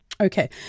Okay